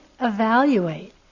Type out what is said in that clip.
evaluate